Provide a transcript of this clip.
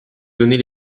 donner